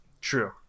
true